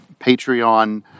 Patreon